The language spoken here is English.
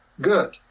good